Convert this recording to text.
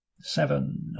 Seven